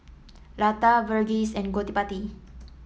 Lata Verghese and Gottipati